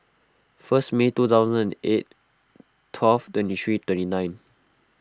first May two thousand and eight twelve twenty three twenty nine